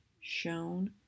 shown